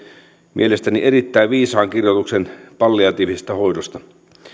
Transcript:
mielestäni erittäin viisaan kirjoituksen palliatiivisesta hoidosta